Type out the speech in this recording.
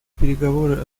переговоры